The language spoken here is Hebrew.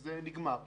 זה נכון ומתבקש,